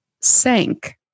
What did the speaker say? sank